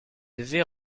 devait